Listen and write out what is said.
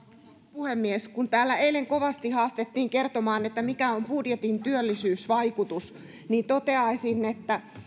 puhemies kun täällä eilen kovasti haastettiin kertomaan mikä on budjetin työllisyysvaikutus niin toteaisin että